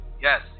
yes